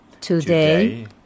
Today